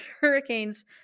Hurricanes